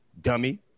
dummy